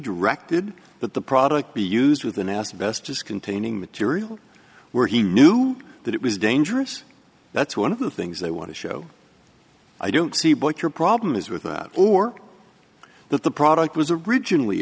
directed that the product be used with an asbestos containing material where he knew that it was dangerous that's one of the things they want to show i don't see what your problem is with that or that the product was originally